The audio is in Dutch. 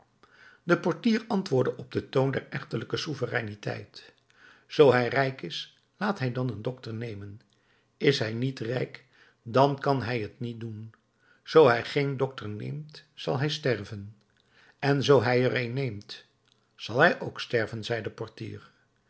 de portier antwoordde op den toon der echtelijke souvereiniteit zoo hij rijk is laat hij dan een dokter nemen is hij niet rijk dan kan hij t niet doen zoo hij geen dokter neemt zal hij sterven en zoo hij er een neemt zal hij ook sterven zei de portier